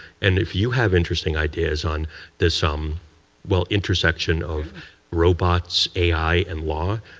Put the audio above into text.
and if you have interesting ideas on this, um well, intersection of robots, ai, and law,